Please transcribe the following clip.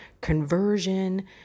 conversion